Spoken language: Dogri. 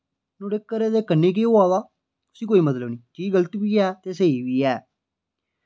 नुआढे़ घरै दे कन्नै केह् होआ दा उस्सी कोई मतलब नेईं चीज गलत बी है ते स्हेई बी है